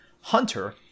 Hunter